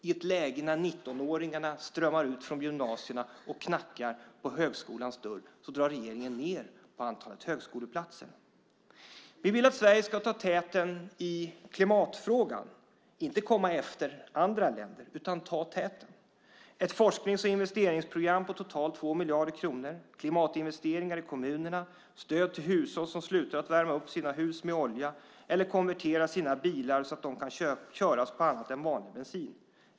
I ett läge där 19-åringarna strömmar ut från gymnasierna och knackar på högskolans dörr drar regeringen ned på antalet högskoleplatser. Vi vill att Sverige ska ta täten i klimatfrågan - inte komma efter andra länder utan, som sagt, ta täten. Det handlar om ett forsknings och investeringsprogram på totalt 2 miljarder kronor, klimatinvesteringar i kommunerna samt stöd till hushåll som slutar värma upp sina hus med olja eller som konverterar sina bilar så att de kan köras på annat än vanlig bensin.